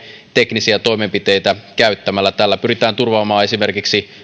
teknisiä toimenpiteitä käyttämällä tällä pyritään turvaamaan esimerkiksi